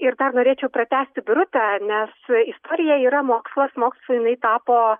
ir dar norėčiau pratęsti birutę nes istorija yra mokslas mokslu jinai tapo